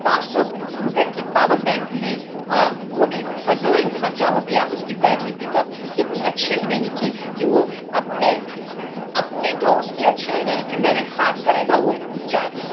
پانچ سو روپئے کی پاور بینک لی اور وہ بھی فضول خرچہ ہو گیا اس کی بیٹری پیک اپ اتنی اچّھی ہی نہیں تھی کہ وہ اپنے اپنی تو اس کی اچّّّھی ہی نہیں تھی میری خاک کرے گا وہ چارج